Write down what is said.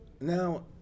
now